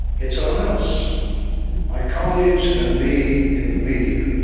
it's on us my colleagues, and me, in the media.